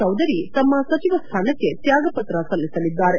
ಚೌಧರಿ ತಮ್ನ ಸಚಿವ ಸ್ಥಾನಕ್ಕೆ ತ್ಯಾಗಪತ್ರ ಸಲ್ಲಿಸಲಿದ್ದಾರೆ